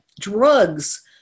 drugs